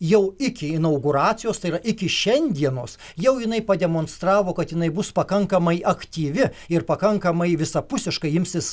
jau iki inauguracijos tai yra iki šiandienos jau jinai pademonstravo kad jinai bus pakankamai aktyvi ir pakankamai visapusiškai imsis